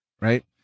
right